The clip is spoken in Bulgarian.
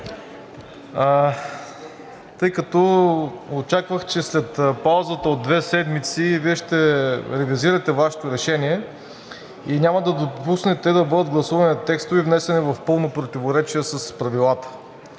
малко. Очаквах, че след паузата от две седмици Вие ще ревизирате Вашето решение и няма да допуснете да бъдат гласувани текстове, внесени в пълно противоречие с правилата.